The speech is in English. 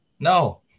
No